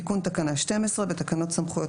לחוק: תיקון תקנה 121. בתקנות סמכויות